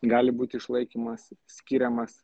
gali būti išlaikymas skiriamas